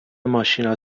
ماشینا